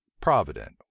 Provident